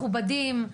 שניהם מכובדים,